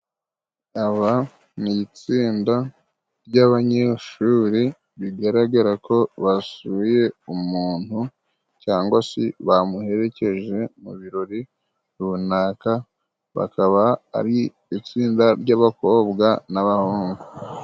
Aba ni itsinda ry'abanyeshuri bigaragara ko basuye umuntu cyangwa se bamuherekeje mu birori runaka bakaba ari itsinda ry'abakobwa n'abahungu.